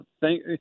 thank